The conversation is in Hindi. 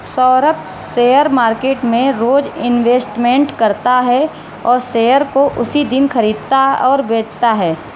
सौरभ शेयर मार्केट में रोज इन्वेस्टमेंट करता है और शेयर को उसी दिन खरीदता और बेचता है